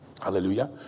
Hallelujah